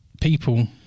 people